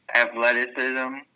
Athleticism